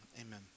amen